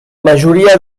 majoria